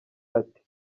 ati